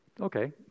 Okay